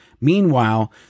Meanwhile